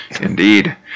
Indeed